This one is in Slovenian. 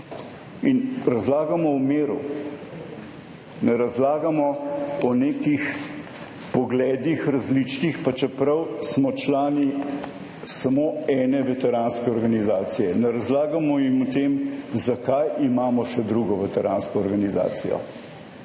jim razlagamo o miru, ne razlagamo o nekih različnih pogledih, pa čeprav smo člani samo ene veteranske organizacije. Ne razlagamo jim o tem, zakaj imamo še drugo veteransko organizacijo.